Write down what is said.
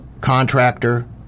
contractor